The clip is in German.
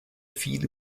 viel